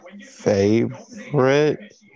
Favorite